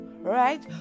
Right